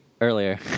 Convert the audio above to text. earlier